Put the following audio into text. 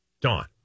Dawn